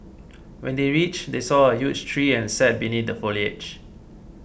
when they reached they saw a huge tree and sat beneath the foliage